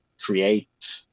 create